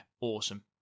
awesome